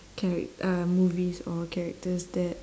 charac~ uh movies or characters that